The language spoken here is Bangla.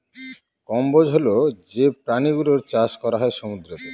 কম্বোজ হল যে প্রাণী গুলোর চাষ করা হয় সমুদ্রতে